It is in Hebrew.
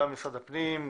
גם משרד הפנים,